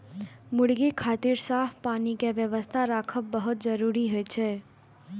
मुर्गी खातिर साफ पानी के व्यवस्था राखब बहुत जरूरी होइ छै